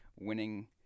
winning